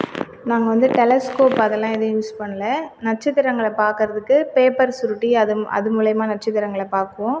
நாங்கள் வந்து டெலஸ்க்கோப் அதுலாம் எது யூஸ் பண்ணல நட்சத்திரங்கள் பார்க்குறதுக்கு பேப்பர் சுருட்டி அது அது மூலியமா நட்சத்திரங்கள் பார்க்குவோம்